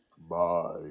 Bye